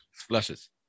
flushes